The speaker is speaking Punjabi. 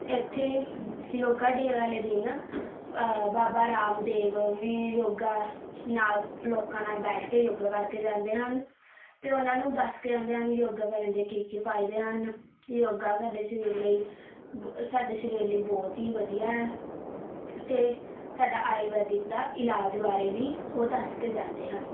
ਇੱਥੇ ਯੋਗਾ ਡੇ ਵਾਲੇ ਦਿਨ ਬਾਬਾ ਰਾਮਦੇਵ ਵੀ ਯੋਗਾ ਨਾਲ਼ ਲੋਕਾਂ ਨਾਲ਼ ਬੈਠ ਕੇ ਯੋਗਾ ਕਰਕੇ ਜਾਂਦੇ ਹਨ ਅਤੇ ਉਹਨਾਂ ਨੂੰ ਦੱਸ ਕੇ ਜਾਂਦੇ ਹਨ ਯੋਗਾ ਕਰਨ ਦੇ ਕੀ ਕੀ ਫਾਇਦੇ ਹਨ ਯੋਗਾ ਸਾਡੇ ਸਰੀਰ ਲਈ ਬ ਸਾਡੇ ਸਰੀਰ ਲਈ ਬਹੁਤ ਹੀ ਵਧੀਆ ਹੈ ਅਤੇ ਸਾਡਾ ਆਯੁਰਵੈਦਿਕ ਦਾ ਇਲਾਜ ਬਾਰੇ ਵੀ ਉਹ ਦੱਸ ਕੇ ਜਾਂਦੇ ਹਨ